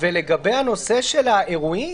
לגבי הנושא של האירועים,